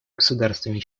государствами